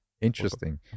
interesting